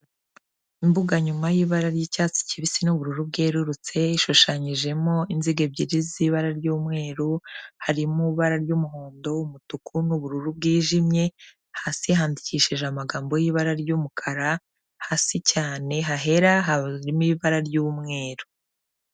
Imbuga nyuma y'ibara ry'icyatsi kibisi n'ubururu bwerurutse, ishushanyijemo inziga ebyiri z'ibara ry'umweru harimo ibara ry'umuhondo, umutuku n'ubururu bwijimye, hasi handikishije amagambo y'ibara ry'umukara, hasi cyane hahera harimo ibara ry'umweru.